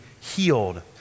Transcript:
healed